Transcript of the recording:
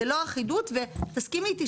זו לא אחידות ותסכימי איתי,